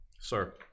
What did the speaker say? Sir